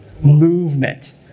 movement